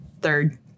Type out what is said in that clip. third